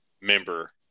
member